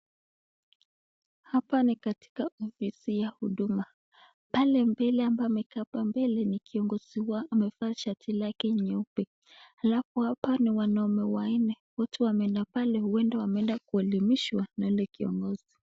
Hapa ni katika ofisi ya huduma, pale mbele ambaye amekaa pale mbel ni kiongozi wao, amevaa shati yake nyeupe. Alafu hapa ni wanaume wanne, wote wameenda pale , huenda wanaenda kuelimishwa na yule kiongozi.